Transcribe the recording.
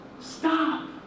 stop